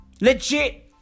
Legit